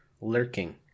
lurking